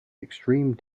extreme